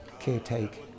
caretake